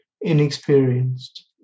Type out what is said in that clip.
inexperienced